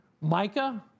Micah